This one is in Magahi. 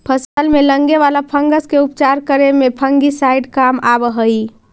फसल में लगे वाला फंगस के उपचार करे में फंगिसाइड काम आवऽ हई